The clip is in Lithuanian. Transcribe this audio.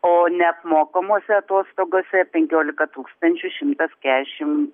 o neapmokamose atostogose penkiolika tūkstančių šimtas kešim